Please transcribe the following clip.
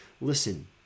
listen